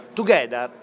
together